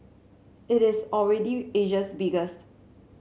it is already Asia's biggest